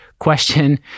question